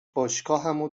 باشگاهمو